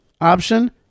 option